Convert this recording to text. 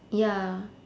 ya